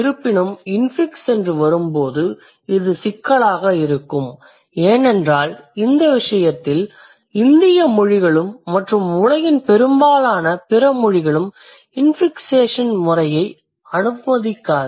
இருப்பினும் இன்ஃபிக்ஸ் என்று வரும்போது இது சிக்கலாக இருக்கும் ஏனென்றால் இந்த விசயத்தில் இந்திய மொழிகளும் மற்றும் உலகின் பெரும்பாலான பிற மொழிகளும் இன்ஃபிக்ஸேஷன் முறையை அனுமதிக்காது